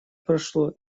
прошло